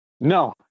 No